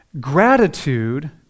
Gratitude